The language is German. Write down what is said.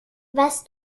was